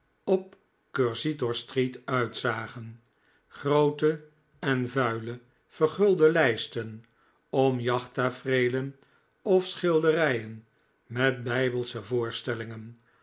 op cursitor street uitzagen groote en vuile vergulde lijsten om jachttafereelen of schilderijen met bijbelsche voorstellingen